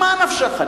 ממה נפשך?